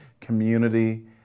community